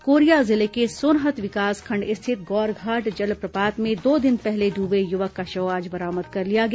और कोरिया जिले के सोनहत विकासखंड स्थित गौरघाट जलप्रपात में दो दिन पहले डूबे युवक का शव आज बरामद कर लिया गया